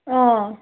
अँ